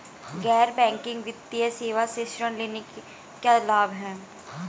गैर बैंकिंग वित्तीय सेवाओं से ऋण लेने के क्या लाभ हैं?